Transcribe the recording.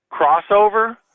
crossover